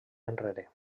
enrere